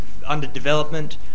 underdevelopment